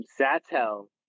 satel